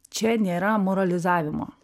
čia nėra moralizavimo